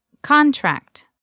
Contract